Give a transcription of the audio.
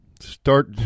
Start